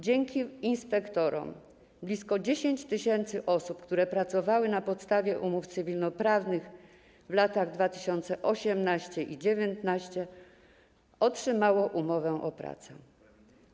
Dzięki inspektorom blisko 10 tys. osób, które pracowały na podstawie umów cywilnoprawnych w latach 2018 i 2019, otrzymało umowę o pracę.